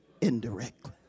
indirectly